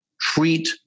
treat